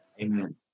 Amen